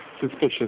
Suspicious